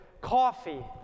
coffee